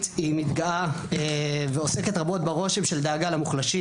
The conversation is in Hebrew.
מתגאה ועוסקת רבות ברושם של דאגה למוחלשים,